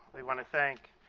we want to thank